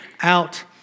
out